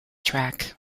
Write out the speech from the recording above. track